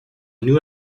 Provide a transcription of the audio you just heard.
new